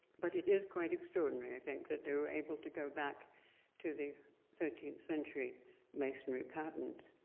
but it is quite extraordinary, i think, that they were able to go back to the thirteenth century masonry patent.